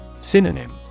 Synonym